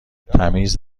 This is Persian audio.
تمیز